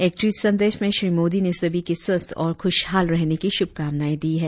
एक ट्वीट संदेश में श्री मोदी ने सभी के स्वस्थ्य और खुशहाल रहने की शुभकामनाएं दी है